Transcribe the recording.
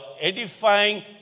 edifying